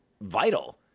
vital